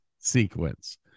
sequence